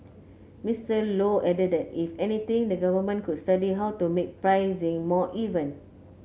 Mister Low added that if anything the Government could study how to make pricing more even